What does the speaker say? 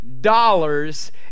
dollars